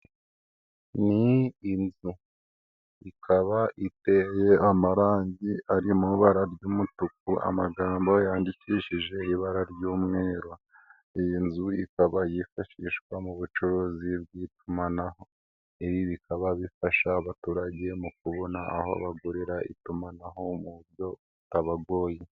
Ni inzu, ikaba iteye amarangi ari mu ibara ry'umutuku amagambo yandikishije ibara ry'umweru, iyi nzu ikaba yifashishwa mu bucuruzi bw'itumanaho, ibi bikaba bifasha abaturage mu kubona, aho bagurira itumanaho muburyo butabagoye.